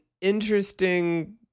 interesting